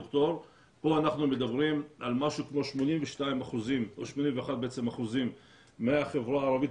פה אנחנו מדברים על משהו כמו 81% מהחברה הערבית,